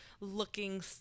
looking